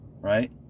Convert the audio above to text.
right